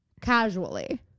casually